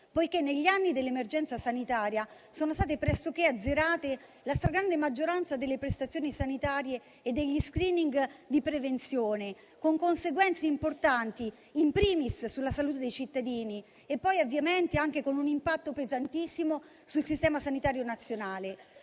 perché negli anni dell'emergenza sanitaria è stata pressoché azzerata la stragrande maggioranza delle prestazioni sanitarie e degli *screening* di prevenzione, con conseguenze importanti *in primis* sulla salute dei cittadini e poi, ovviamente, anche con un impatto pesantissimo sul sistema sanitario nazionale.